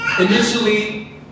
Initially